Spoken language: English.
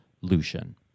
Lucian